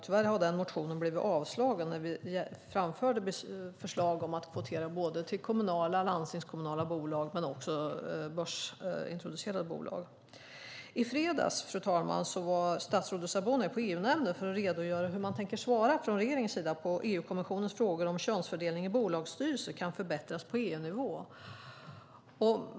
Tyvärr har den motionen, där vi framförde förslag om att kvotera både till kommunala och landstingskommunala bolag och börsintroducerade bolag, blivit avslagen. I fredags, fru talman, var statsrådet Sabuni i EU-nämnden för att redogöra för hur man från regeringens sida tänker svara på EU-kommissionens frågor om könsfördelningen i bolagsstyrelser kan förbättras på EU-nivå.